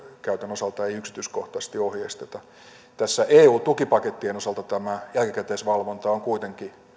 osalta ei yksityiskohtaisesti ohjeisteta näiden eu tukipakettien osalta tämä jälkikäteisvalvonta on kuitenkin